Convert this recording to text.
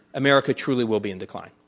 america truly will be in decline.